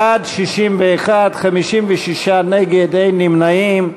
בעד, 61, 56 נגד, אין נמנעים.